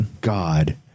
God